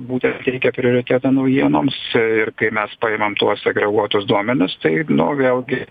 būtent teikia prioritetą naujienoms ir kai mes paimam tuos agreguotus duomenis tai vėlgi